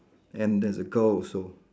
and there's a girl also